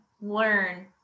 learn